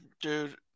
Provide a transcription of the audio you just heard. Dude